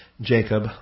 Jacob